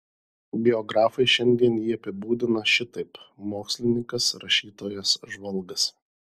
biografai šiandien jį apibūdina šitaip mokslininkas rašytojas žvalgas